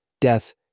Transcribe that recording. death